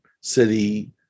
city